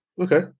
okay